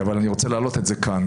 אבל אני רוצה להעלות את זה כאן,